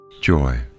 joy